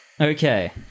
Okay